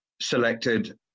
selected